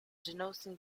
denoting